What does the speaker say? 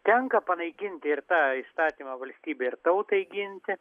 tenka panaikinti ir tą įstatymą valstybei ir tautai ginti